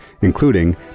including